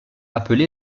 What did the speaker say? appelé